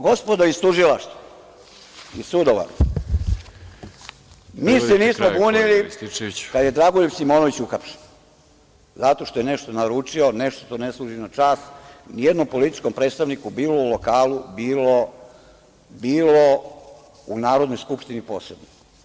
Gospodo iz tužilaštva i sudova, mi se nismo bunili kada je Dragoljub Simonović uhapšen, zato što je naručio, nešto što ne služi na čast ni jednom političkom predstavniku bilo u lokalu, bilo u Narodnoj skupštini posebno.